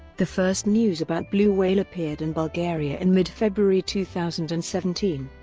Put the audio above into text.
the first news about blue whale appeared in bulgaria in mid-february two thousand and seventeen.